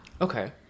Okay